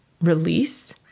release